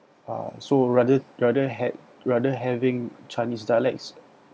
uh so rather rather had rather having chinese dialects